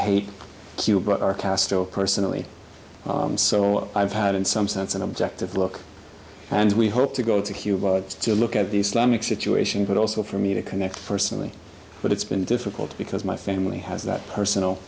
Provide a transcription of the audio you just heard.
hate cuba but are castro personally and so i've had in some sense an objective look and we hope to go to cuba to look at the stomach situation but also for me to connect personally but it's been difficult because my family has that personal